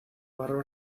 barro